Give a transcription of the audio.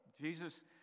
Jesus